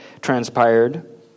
transpired